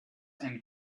and